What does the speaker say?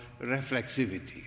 reflexivity